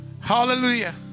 hallelujah